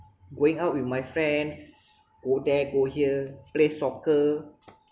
going out with my friends go there go here play soccer